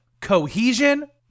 cohesion